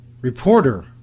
reporter